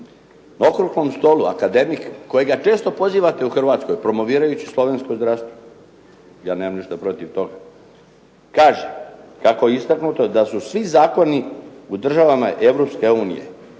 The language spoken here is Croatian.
Na Okruglom stolu akademik kojega često pozivate u Hrvatskoj promovirajući slovensko zdravstvo, ja nemam ništa protiv toga, kaže kako je istaknuto da su svi zakoni u državama EU svi